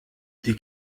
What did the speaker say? die